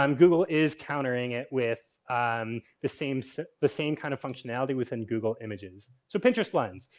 um google is countering it with the same so the same kind of functionality within google images. so, pinterest lens.